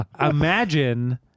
Imagine